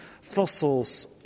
fossils